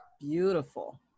Beautiful